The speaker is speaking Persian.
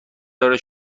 داره